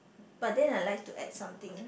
but then I like to add something